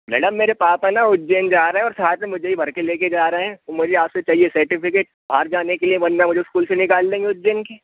madam मेरे पापा ना उज्जैन जा रहे हैं और साथ में मुझे ही भर के ले कर जा रहे हैं तो मुझे आप से चाहिए सर्टिफिकेट बाहर जाने के लिए वतन मुझे उस्कूल से निकाल देंगे उज्जैन की